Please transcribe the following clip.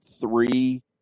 three